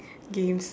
games